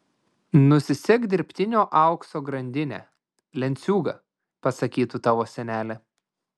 nusisek dirbtinio aukso grandinę lenciūgą pasakytų tavo senelė